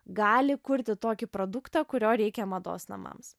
gali kurti tokį produktą kurio reikia mados namams